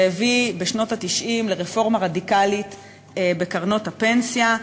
שהביא בשנות ה-90 לרפורמה רדיקלית בקרנות הפנסיה,